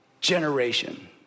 generation